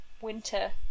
winter